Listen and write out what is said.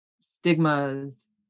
stigmas